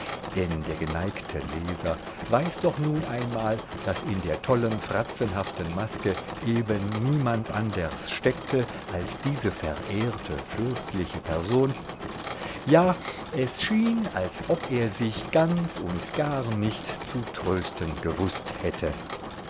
denn der geneigte leser weiß doch nun einmal daß in der tollen fratzenhaften maske eben niemand anders steckte als diese verehrte fürstliche person ja es schien als ob er sich ganz und gar nicht zu trösten gewußt hätte